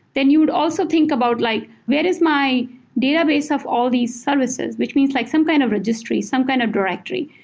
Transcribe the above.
then you'd also think about like where is my database of all these services, which means like some kind of registry, some kind of directory.